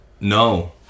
No